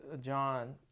John